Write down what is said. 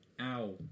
Ow